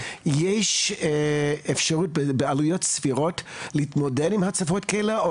יש אפשרות בעלויות סבירות להתמודד עם הצפות כאלה או